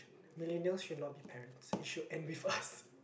millennials should not be parents it should end with us